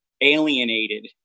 alienated